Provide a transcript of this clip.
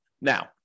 Now